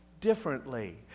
differently